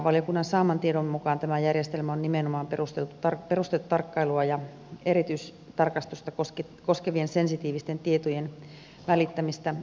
valiokunnan saaman tiedon mukaan tämä järjestelmä on nimenomaan perustettu tarkkailua ja erityistarkastusta koskevien sensitiivisten tietojen välittämistä varten